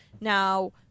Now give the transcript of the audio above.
Now